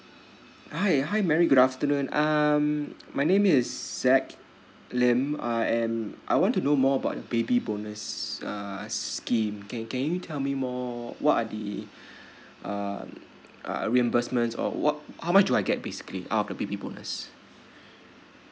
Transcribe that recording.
hi hi mary good afternoon um my name is zack lim I am I want to know more about your baby bonus uh scheme can can you tell me more what are the um uh reimbursement or what how much do I get basically uh the baby bonus